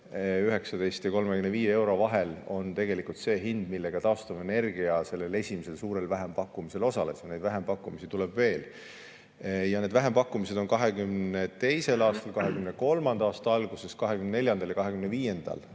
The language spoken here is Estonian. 19 ja 35 euro vahel on tegelikult see hind, millega taastuvenergia sellel esimesel suurel vähempakkumisel osales, ja neid vähempakkumisi tuleb veel. Need vähempakkumised on 2022. aastal, 2023. aasta alguses, 2024. ja 2025. aastal